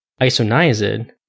Isoniazid